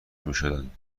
میشدند